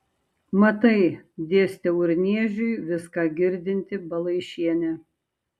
matai dėstė urniežiui viską girdinti balaišienė